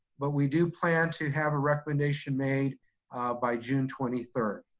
but we do plan to have a recommendation made by june twenty third.